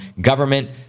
government